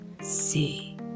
see